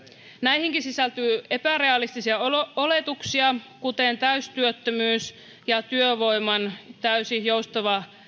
näihinkin sisältyy epärealistisia oletuksia kuten täystyöllisyys ja työvoiman täysin joustava